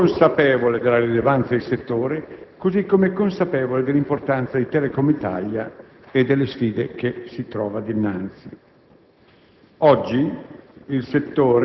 Il Governo è pienamente consapevole della rilevanza del settore, così come è consapevole dell'importanza di Telecom Italia e delle sfide che si trova dinanzi.